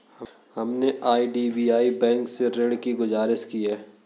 हमने IDBI bank से ऋण की गुजारिश की है